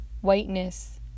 whiteness